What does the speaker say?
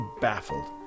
baffled